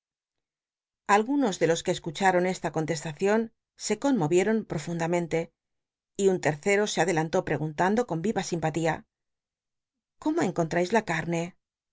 algunos de los que cscncharon esta contestacion se conmovieron worundamentc y un tercero se adelantó preguntando con il'a simpatía cómo cncontrais la carne